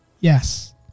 yes